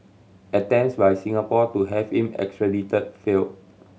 attempts by Singapore to have him extradited failed